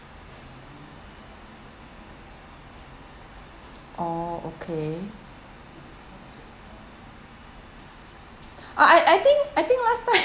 oh okay ah I I think I think last time